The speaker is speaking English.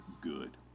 good